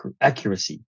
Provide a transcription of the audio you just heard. accuracy